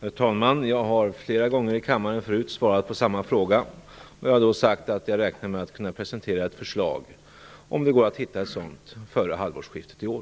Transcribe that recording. Herr talman! Jag har i kammaren flera gånger förut svarat på samma fråga. Jag har sagt att jag räknar med att kunna presentera ett förslag, om det går att hitta ett sådant, före halvårsskiftet i år.